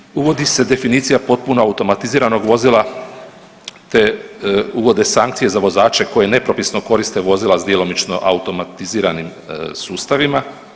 Nadalje, uvodi se definicija potpuno automatiziranog vozila te uvode sankcije za vozače koji nepropisno koriste vozila s djelomično automatiziranim sustavima.